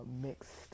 mixed